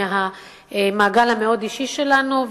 מהמעגל המאוד-אישי שלנו,